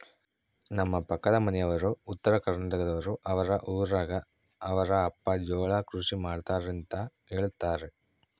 ನಮ್ಮ ಪಕ್ಕದ ಮನೆಯವರು ಉತ್ತರಕರ್ನಾಟಕದವರು, ಅವರ ಊರಗ ಅವರ ಅಪ್ಪ ಜೋಳ ಕೃಷಿ ಮಾಡ್ತಾರೆಂತ ಹೇಳುತ್ತಾರೆ